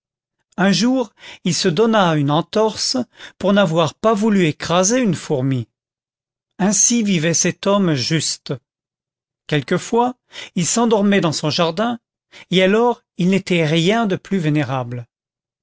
un jour il se donna une entorse pour n'avoir pas voulu écraser une fourmi ainsi vivait cet homme juste quelquefois il s'endormait dans son jardin et alors il n'était rien de plus vénérable